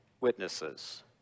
witnesses